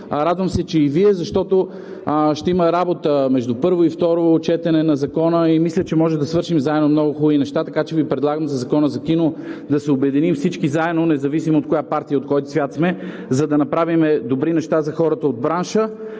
Радвам се, че и Вие, защото ще има работа между първо и второ четене на Закона и мисля, че може да свършим заедно много хубави неща. Така че Ви предлагам да се обединим всички заедно за Закона за кино, независимо от коя партия, от кой цвят сме, за да направим добри неща за хората от бранша.